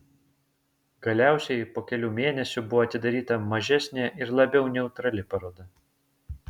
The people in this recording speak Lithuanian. galiausiai po kelių mėnesių buvo atidaryta mažesnė ir labiau neutrali paroda